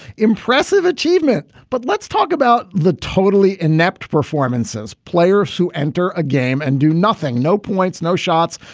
impressive achievement, but let's talk about the totally inept performances. players who enter a game and do nothing. no points, no shots,